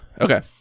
Okay